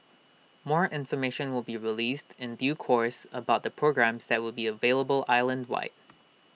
more information will be released in due course about the programmes that will be available island wide